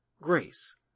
grace